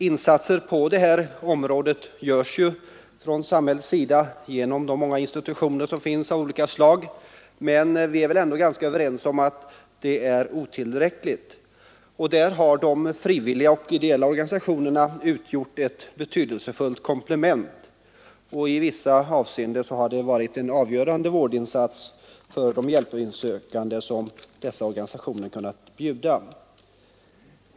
Insatser på det här området görs ju från samhällets sida genom de många institutioner av olika slag som finns, men vi är väl ändå ganska överens om att det är otillräckligt. De frivilliga och ideella organisationerna har utgjort ett betydelsefullt komplement. I vissa avseenden har det varit avgörande vårdinsatser för de hjälpsökande som dessa organisationer har kunnat bjuda.